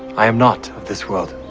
i am not of this world.